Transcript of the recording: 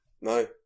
no